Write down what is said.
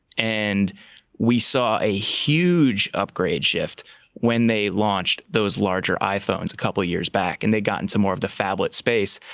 and we saw a huge upgrade shift when they launched those larger iphones a couple of years back, and they got into more of the phablet space.